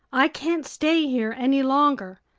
i can't stay here any longer!